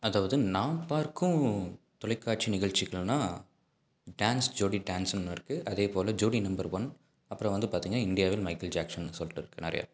அதாவது நான் பார்க்கும் தொலைக்காட்சி நிகழ்ச்சிகள்னால் டான்ஸ் ஜோடி டான்ஸ்னு ஒன்று இருக்குது அதே போல் ஜோடி நம்பர் ஒன் அப்புறம் வந்து பார்த்தீங்கன்னா இந்தியாவில் மைக்கேல் ஜாக்சன் சொல்லிட்டு இருக்குது நிறையா